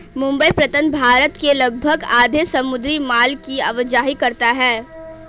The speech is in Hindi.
मुंबई पत्तन भारत के लगभग आधे समुद्री माल की आवाजाही करता है